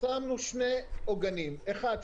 שמנו שני עוגנים: אחד,